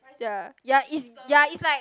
ya ya it's ya it's like